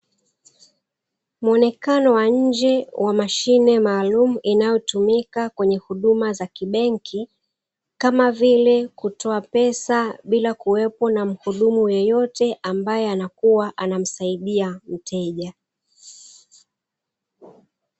Muonekano wa nje wa mashine maalumu inayotumika kwenye huduma za kibenki kama vile, Kutoa pesa bila kuwepo kwa mhudumu yeyote ambae anakuwa anamsaidia mteja.